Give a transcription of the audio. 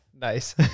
nice